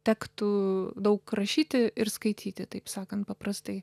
tektų daug rašyti ir skaityti taip sakant paprastai